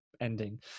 ending